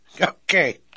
Okay